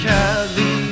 Cali